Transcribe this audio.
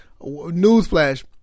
Newsflash